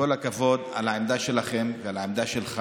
ועל העמדה שלך.